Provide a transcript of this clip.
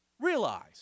realize